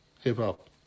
hip-hop